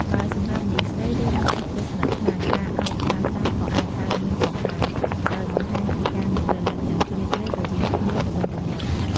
បើសម្រាប់មនុស្សស្រី ឬមិត្តភក្តិជិតស្និទ្ធខ្លាំង ការអោបស្រាលៗក៏អាចកើតមានផងដែរ ដោយបង្ហាញពីការនឹករលឹកយ៉ាងជ្រាលជ្រៅរវាងគ្នាទៅវិញទៅមក។